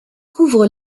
couvre